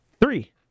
Three